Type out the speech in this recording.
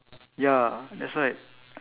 ya that's why